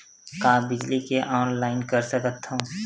का बिजली के ऑनलाइन कर सकत हव?